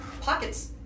pocket's